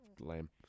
lame